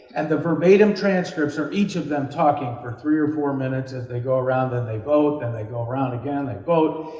and the verbatim transcripts are each of them talking for three or four minutes if they go around and they vote and they go around again they vote.